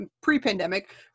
pre-pandemic